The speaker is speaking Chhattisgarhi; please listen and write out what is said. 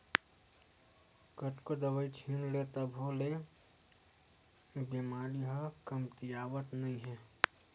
कतनो दवई छित ले तभो ले बेमारी ह कमतियावत नइ हे